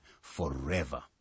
forever